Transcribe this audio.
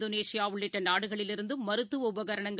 இந்தோனேஷியாஉள்ளிட்டநாடுகளில் இருந்தும்மருத்துவஉபகரணங்கள்